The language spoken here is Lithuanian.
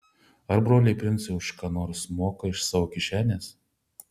ar broliai princai už ką nors moka iš savo kišenės